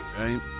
right